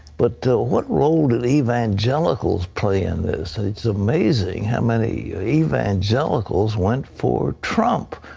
but what role to the evangelicals play in this? it is amazing how many evangelicals went for trump.